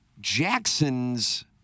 Jackson's